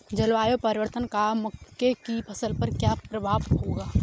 जलवायु परिवर्तन का मक्के की फसल पर क्या प्रभाव होगा?